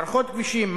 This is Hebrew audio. מערכות כבישים,